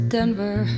Denver